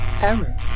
Error